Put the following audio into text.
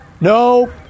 No